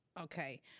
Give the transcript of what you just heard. okay